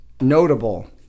notable